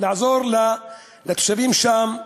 לעזור לתושבים שם,